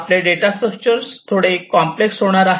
आपले data structure थोडे complex होणार आहे